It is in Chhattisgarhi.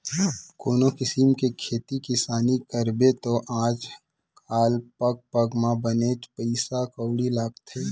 कोनों किसिम के खेती किसानी करबे तौ आज काल पग पग म बनेच पइसा कउड़ी लागथे